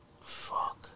fuck